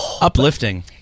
uplifting